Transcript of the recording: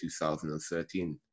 2013